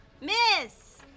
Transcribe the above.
Miss